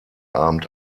abend